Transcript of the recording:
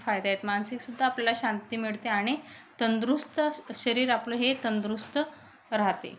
फायदे आहेत मानसिक सुद्धा आपल्याला शांती मिळते आणि तंदुरुस्त शरीर आपलं हे तंदुरुस्त राहते